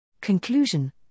Conclusion